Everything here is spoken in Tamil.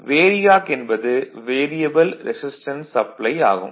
வேரியாக் என்பது வேரியபல் ரெசிஸ்டன்ஸ் சப்ளை ஆகும்